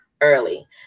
early